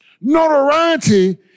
Notoriety